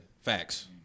Facts